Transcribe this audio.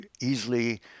easily